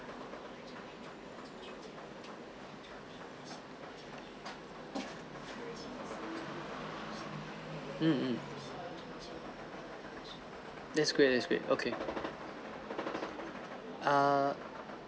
mmhmm that's great that's great okay uh